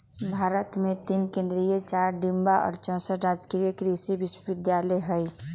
भारत मे तीन केन्द्रीय चार डिम्ड आ चौसठ राजकीय कृषि विश्वविद्यालय हई